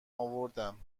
آوردم